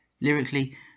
lyrically